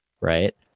Right